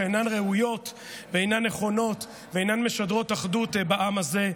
שאינן ראויות ואינן נכונות ואינן משדרות אחדות בעם הזה,